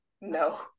No